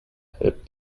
help